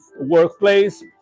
workplace